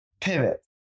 Pivot